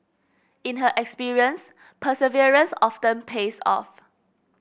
in her experience perseverance often pays off